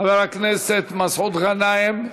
חבר הכנסת מסעוד גנאים,